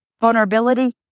vulnerability